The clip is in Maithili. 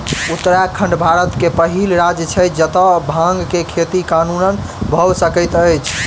उत्तराखंड भारत के पहिल राज्य छै जतअ भांग के खेती कानूनन भअ सकैत अछि